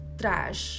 trash